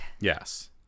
Yes